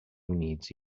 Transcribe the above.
units